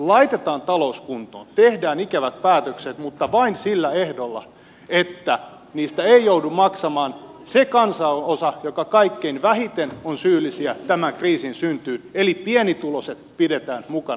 laitetaan talous kuntoon tehdään ikävät päätökset mutta vain sillä ehdolla että niistä ei joudu maksamaan se kansanosa joka kaikkein vähiten on syyllinen tämän kriisin syntyyn eli pienituloiset pidetään mukana